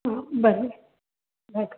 हा भले जय झूले